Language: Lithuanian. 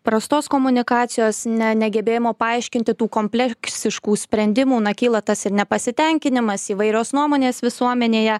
prastos komunikacijos ne negebėjimo paaiškinti tų kompleksiškų sprendimų na kyla tas ir nepasitenkinimas įvairios nuomonės visuomenėje